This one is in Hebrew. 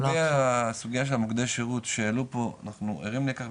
לגבי הסוגייה של המוקדי שירות שהעלו פה אנחנו ערים לכך,